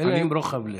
אין להם רוחב לב.